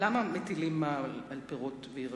האוצר להטלת מע"מ על פירות וירקות.